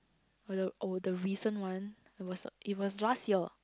were the oh the recent one it was it was last year